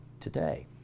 today